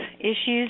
issues